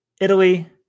Italy